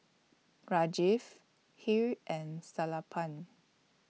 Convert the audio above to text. Hri and Sellapan